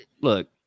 Look